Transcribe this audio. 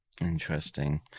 interesting